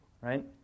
right